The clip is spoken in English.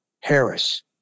Harris